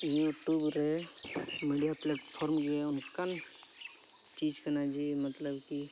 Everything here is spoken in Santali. ᱤᱭᱩᱴᱩᱵᱽᱨᱮ ᱢᱤᱰᱤᱭᱟ ᱯᱞᱟᱴᱯᱷᱚᱨᱢᱜᱮ ᱚᱱᱠᱟᱱ ᱪᱤᱡᱽ ᱠᱟᱱᱟ ᱡᱮ ᱢᱚᱛᱞᱚᱵᱽ ᱠᱤ